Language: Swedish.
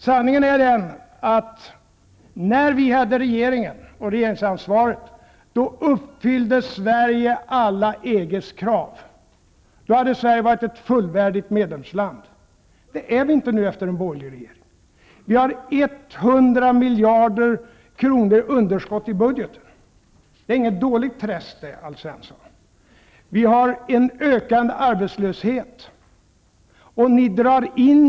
Sanningen är den att när vi hade regeringsansvaret uppfyllde Sverige alla EG:s krav. Då hade Sverige kunnat vara ett fullvärdigt medlemsland. Det är Sverige inte nu sedan vi fick en borgerlig regering. Vi har ett underskott på 100 miljarder kronor i budgeten. Det är inget dåligt träsk, Alf Svensson. Vi har en ökande arbetslöshet.